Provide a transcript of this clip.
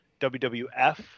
WWF